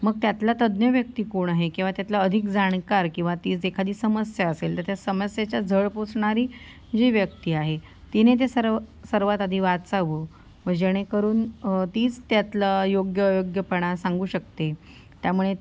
मग त्यातला तज्ज्ञ व्यक्ती कोण आहे किंवा त्यातला अधिक जाणकार किंवा ती जी एखादी समस्या असेल तर त्या समस्येच्या झळ पोचणारी जी व्यक्ती आहे तिने ते सर्व सर्वात आधी वाचावं मग जेणेकरून तीच त्यातला योग्य अयोग्यपणा सांगू शकते त्यामुळे